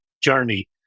journey